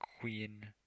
Queen